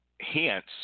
hence